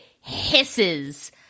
hisses